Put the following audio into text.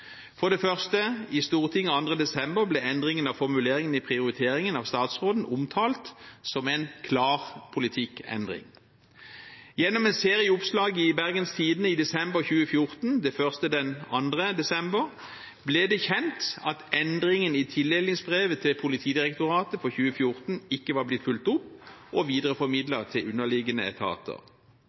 For det første: I Stortinget 2. desember ble endringen av formuleringen i prioriteringen av statsråden omtalt som en klar politikkendring. Gjennom en serie oppslag i Bergens Tidende i desember 2014, det første den 2. desember, ble det kjent at endringen i tildelingsbrevet til Politidirektoratet for 2014 ikke var blitt fulgt opp og videreformidlet til underliggende etater.